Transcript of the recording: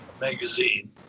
magazine